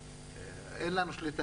שאין לנו שליטה,